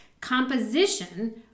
composition